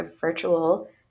virtual